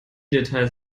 details